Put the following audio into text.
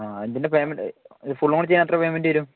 ആ ഇതിൻ്റെ പേയ്മെൻ്റ് ഫുള്ളും കൂടെ ചെയ്യാൻ എത്ര പേയ്മെൻ്റ് വരും